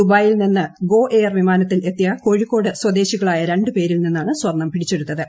ദുബായിൽ നിന്ന് ഗോഎയർ വിമാനത്തിൽ എത്തിയ കോഴിക്കോട് സ്വദേശികളായ രണ്ട് പേരിൽ നിന്നാണ് സ്വർണ്ണം പിടിച്ചെടുത്തത്